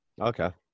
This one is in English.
Okay